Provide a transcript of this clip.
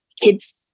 kids